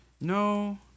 No